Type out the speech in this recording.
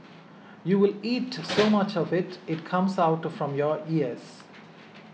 you will eat so much of it it comes out from your ears